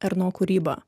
erno kūrybą